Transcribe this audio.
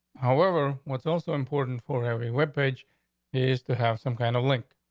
however, what's also important for every web page is to have some kind of link.